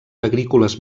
agrícoles